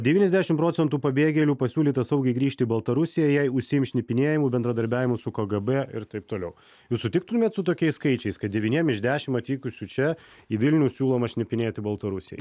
devyniasdešim procentų pabėgėlių pasiūlyta saugiai grįžti į baltarusiją jei užsiims šnipinėjimu bendradarbiavimu su kgb ir taip toliau jūs sutiktumėt su tokiais skaičiais kad devyniem iš dešim atvykusių čia į vilnių siūloma šnipinėti baltarusijai